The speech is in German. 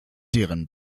deren